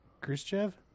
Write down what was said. Khrushchev